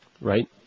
Right